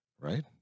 right